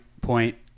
point